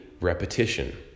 repetition